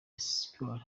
espoir